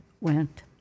went